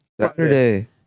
Saturday